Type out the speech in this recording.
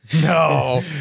No